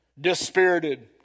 dispirited